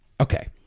Okay